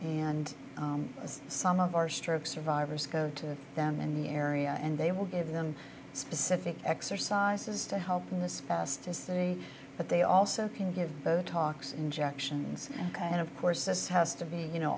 and as some of our stroke survivors go to them in the area and they will give them specific exercises to help in this past history but they also can give botox injections kind of course this has to be you know